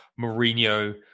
Mourinho